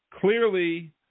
Clearly